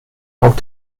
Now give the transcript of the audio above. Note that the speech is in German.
auch